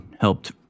helped